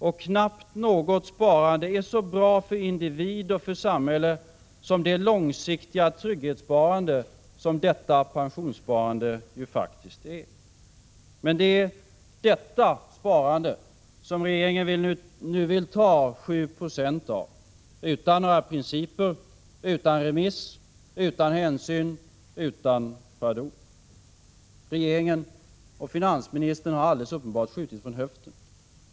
Och knappt något sparande är så bra för individ och samhälle som det långsiktiga trygghetssparande som pensionssparandet utgör. Men det är detta sparande regeringen nu vill ta 7 20 av — utan principer, utan remiss, utan hänsyn, utan pardon. Regeringen och finansministern har alldeles uppenbart skjutit från höften.